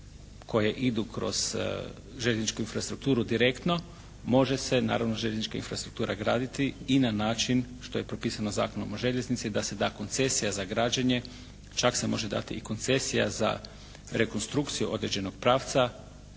koje idu kroz željezničku infrastrukturu direktno. Može se naravno željeznička infrastruktura graditi i na način što je propisano Zakonom o željeznici da se da koncesija za građenje. Čak se može dati i koncesija za rekonstrukciju određenog pravca,